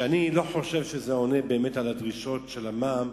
ואני לא חושב שזה עונה באמת על הדרישות של המע"מ,